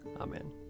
Amen